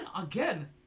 again